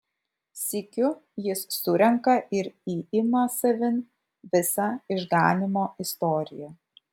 sykiu jis surenka ir įima savin visą išganymo istoriją